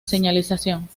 señalización